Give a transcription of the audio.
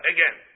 Again